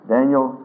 Daniel